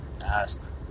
ask